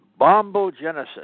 bombogenesis